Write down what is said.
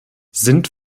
sind